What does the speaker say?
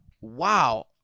Wow